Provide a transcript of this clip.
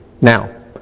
Now